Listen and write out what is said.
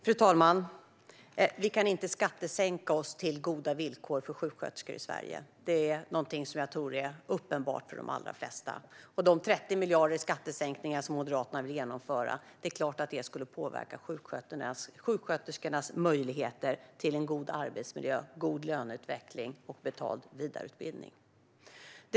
Fru talman! Vi kan inte skattesänka oss till goda villkor för sjuksköterskor i Sverige. Det är någonting som jag tror är uppenbart för de allra flesta. Det är klart att de 30 miljarder i skattesänkningar som Moderaterna vill genomföra skulle påverka sjuksköterskornas möjligheter till en god arbetsmiljö, god löneutveckling och betald vidareutbildning.